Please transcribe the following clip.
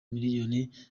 miliyoni